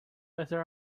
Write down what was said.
better